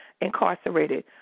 incarcerated